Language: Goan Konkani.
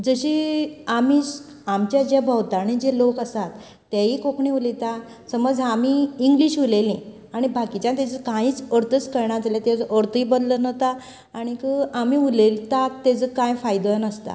जशें आमी आमच्या ज्या भोंवताणी जे लोक आसात तेयी कोंकणी उलयता समज आमी इंग्लिश उलयली आनी बाकीच्या ताचो कांयच अर्थच कळना जाल्यार तेचो अर्थय बदलोन वता आनीक आमी उलयता तें तेचो कांय फायदो नासता